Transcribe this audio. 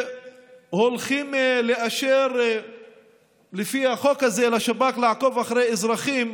שהולכים לאשר לפי החוק הזה לשב"כ לעקוב אחרי אזרחים,